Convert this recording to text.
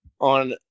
on